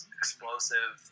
explosive